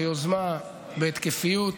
ביוזמה ובהתקפיות.